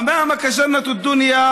(אומר בערבית: לפניך גן עדן עלי אדמות,